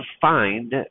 find